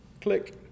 Click